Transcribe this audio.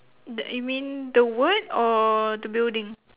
that you mean the word or the building